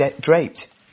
draped